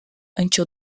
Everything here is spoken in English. until